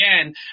again